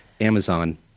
Amazon